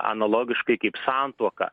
analogiškai kaip santuoka